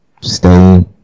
Stay